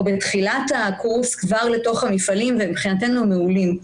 בתחילת הקורס כבר לתוך המפעלים ומבחינתנו הם מעולים.